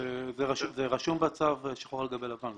זה רשום בצו שחור על גבי לבן.